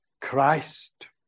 Christ